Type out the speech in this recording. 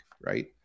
Right